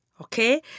Okay